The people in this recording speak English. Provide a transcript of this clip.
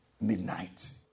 midnight